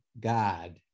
God